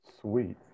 Sweet